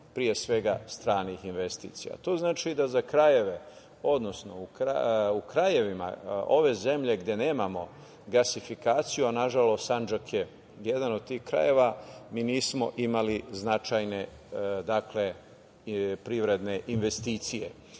pre svega, stranih investicija. To znači, da za krajeve, odnosno u krajevima ove zemlje gde nemamo gasifikaciju, a na žalost Sandžak je jedan od tih krajeva mi nismo imali značajne privredne investicije.